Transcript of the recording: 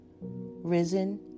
Risen